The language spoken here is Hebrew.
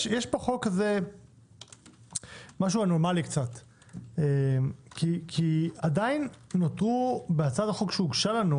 יש בחוק הזה משהו קצת אנומלי כי עדיין נותרו בהצעת החוק שהוגשה לנו